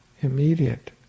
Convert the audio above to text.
immediate